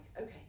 okay